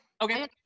Okay